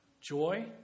Joy